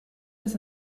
das